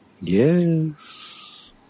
Yes